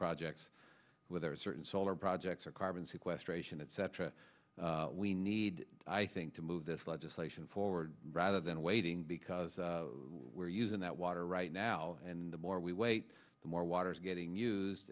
projects where there are certain solar projects or carbon sequestration etc we need i think to move this legislation forward rather than waiting because we're using that water right now and the more we wait the more water's getting used